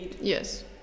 Yes